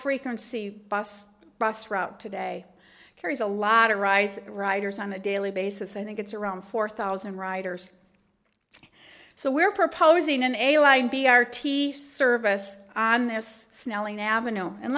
frequency bus route today carries a lot of rice writers on a daily basis i think it's around four thousand writers so we're proposing a line b r t service on this snelling avenue and